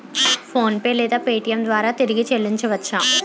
PhonePe లేదా Paytm ద్వారా తిరిగి చల్లించవచ్చ?